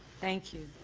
thank you.